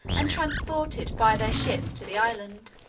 and transport it by their ships to the island.